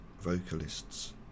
vocalists